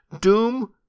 Doom